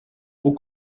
vous